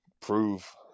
prove